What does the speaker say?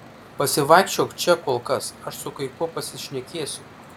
pasivaikščiok čia kol kas aš su kai kuo pasišnekėsiu